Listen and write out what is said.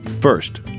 First